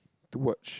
to watch